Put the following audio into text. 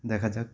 দেখা যাক